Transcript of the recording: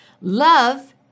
Love